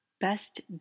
Best